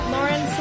Lauren